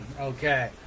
Okay